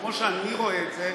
כמו שאני רואה את זה,